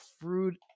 fruit